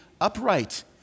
upright